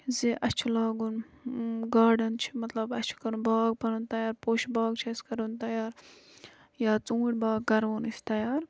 زِ اَسہِ چھُ لاگُن گاڈَن چھُ مَطلَب اَسہِ چھُ کَرُن باغ پَنُن تیار پوشہِ باغ چھُ اَسہِ کَرُن تیار یا ژونٛٹھۍ باغ کَرون أسۍ تیار